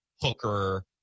hooker